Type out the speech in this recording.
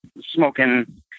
smoking